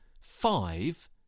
five